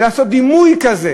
ולעשות דימוי כזה